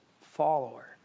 follower